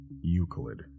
Euclid